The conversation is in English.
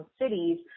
cities